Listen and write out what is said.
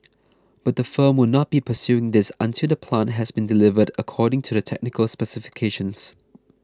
but the firm will not be pursuing this until the plant has been delivered according to the technical specifications